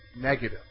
Negative